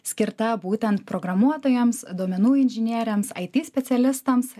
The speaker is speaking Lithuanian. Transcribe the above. skirta būtent programuotojams duomenų inžinieriams it specialistams